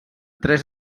tres